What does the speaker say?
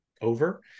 over